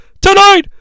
Tonight